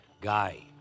Guy